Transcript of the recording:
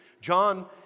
John